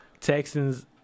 Texans